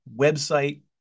website